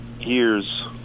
Years